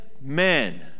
men